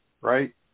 right